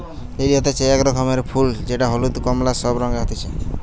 lily হতিছে এক রকমের ফুল যেটা হলুদ, কোমলা সব রঙে হতিছে